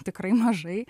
tikrai mažai